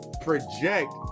project